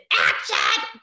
action